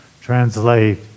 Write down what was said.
translate